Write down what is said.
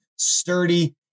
sturdy